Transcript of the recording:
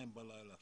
2:00 בלילה,